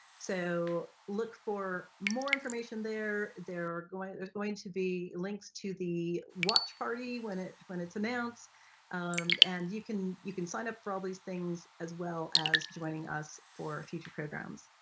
so look for more information there, there are going there's going to be links to the watch party when it when it's announced and you can you can sign up for all these things as well as joining us for future programs.